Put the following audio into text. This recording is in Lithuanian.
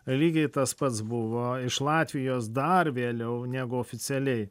lygiai tas pats buvo iš latvijos dar vėliau negu oficialiai